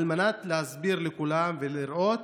על מנת להסביר לכולם ולראות,